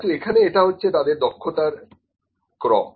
কিন্তু এখানে এটা হচ্ছে তাদের দক্ষতার ক্রম